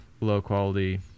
low-quality